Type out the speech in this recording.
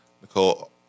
Nicole